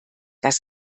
das